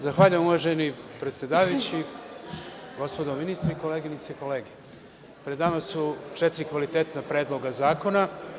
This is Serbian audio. Zahvaljujem uvaženi predsedavajući, gospodo ministri, koleginice i kolege, pred nama su četiri kvalitetna predloga zakona.